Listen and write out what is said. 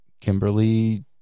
Kimberly